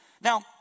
Now